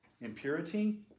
impurity